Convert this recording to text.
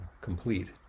complete